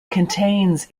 contains